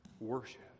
Worship